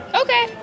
Okay